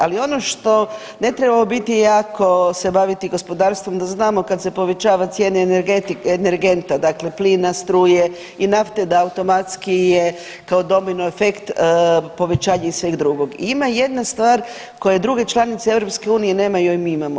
Ali ono što ne trebamo biti jako se baviti gospodarstvom da znamo kad se povećava cijena energenta, dakle plina, struje i nafte da automatski je kao domino efekt povećanje i sveg drugog i ima jedna stvar koje druge članice EU nemaju, a mi imamo.